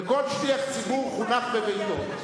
וכל שליח ציבור חונך בביתו.